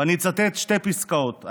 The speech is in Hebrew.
ואני אצטט שתי פסקאות,